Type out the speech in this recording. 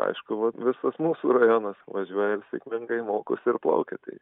aišku vat visas mūsų rajonas važiuoja ir sėkmingai mokosi ir plaukia tai